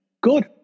good